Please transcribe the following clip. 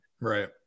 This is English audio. Right